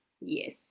Yes